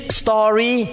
story